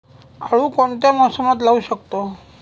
आळू कोणत्या मोसमात लावू शकतो?